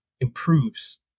improves